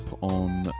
on